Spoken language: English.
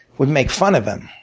would make fun of him.